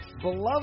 Beloved